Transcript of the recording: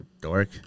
dork